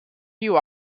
you